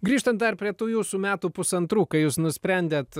grįžtant dar prie tų jūsų metų pusantrų kai jūs nusprendėt